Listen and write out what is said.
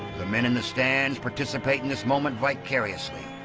the men in the stands participate in this moment vicariously,